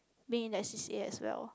being in that C_C_A as well